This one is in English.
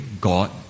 God